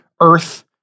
earth